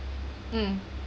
mm